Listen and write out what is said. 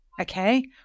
okay